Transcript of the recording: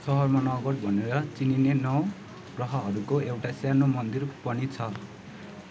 सहरमा नवगढ भनेर चिनिने नौ ग्रहहरूको एउटा सानो मन्दिर पनि छ